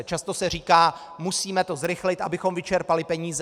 Často se říká musíme to zrychlit, abychom vyčerpali peníze.